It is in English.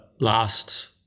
last